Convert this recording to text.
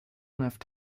left